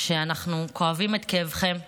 אנחנו כואבים את כאבכם מאוד,